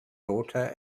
daughter